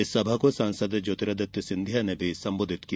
इस सभा को सांसद ज्योतिरादित्य सिंधिया ने भी संबोधित किया